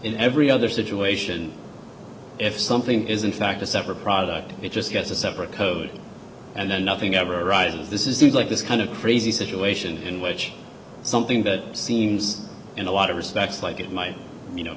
in every other situation if something is in fact a separate product it just gets a separate code and then nothing ever arises this is it like this kind of crazy situation in which something that seems in a lot of respects like it might you know